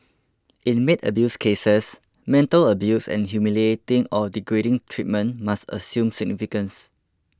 in maid abuse cases mental abuse and humiliating or degrading treatment must assume significance